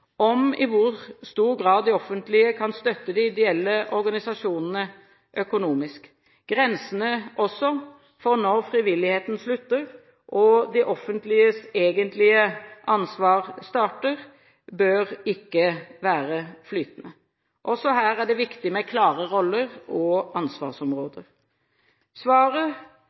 om i hvor stor grad det offentlige kan støtte de ideelle organisasjonene økonomisk. Grensene også for når frivilligheten slutter og det offentliges egentlige ansvar starter, bør ikke være flytende. Også her er det viktig med klare roller og ansvarsområder. Svaret